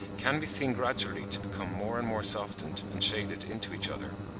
can be seen gradually to become more and more softened and shaded into each other,